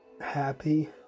happy